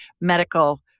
medical